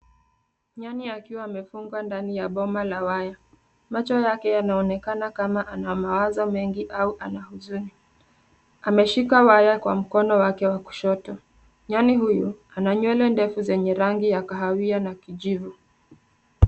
Nyani akiwa amefungwa ndani ya boma la waya, macho yake yanaonekana kama ana mawazo mengi au ana huzuni. Ameshika waya kwa mkono wake wa kushoto. Nyani huyu, ana nywele ndefu zenye rangi ya kahawia na kijivu.